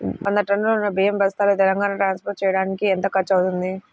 వంద టన్నులు బియ్యం బస్తాలు తెలంగాణ ట్రాస్పోర్ట్ చేయటానికి కి ఎంత ఖర్చు అవుతుంది?